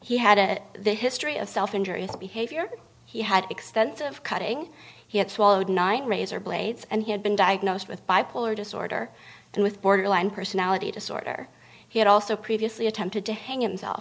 he had it the history of self injury behavior he had extensive cutting he had swallowed nine razor blades and he had been diagnosed with bipolar disorder and with borderline personality disorder he had also previously attempted to hang